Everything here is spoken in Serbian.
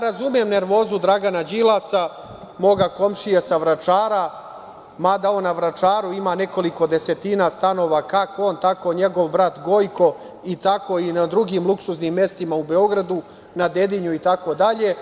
Razumem nervozu Dragana Đilasa, moga komšije sa Vračara, mada on na Vračaru ima nekoliko desetina stanova, kako on, tako i njegov brat Gojko, i tako i na drugim luksuznim mestima u Beogradu, na Dedinju itd.